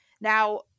Now